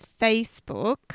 Facebook